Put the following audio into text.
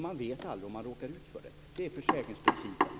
Man vet ju aldrig om man råkar ut för det här. Det är försäkringsprincipen.